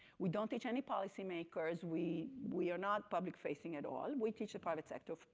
we don't teach any policy makers. we we are not public facing at all. we teach the private sector,